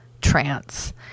trance